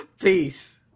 Peace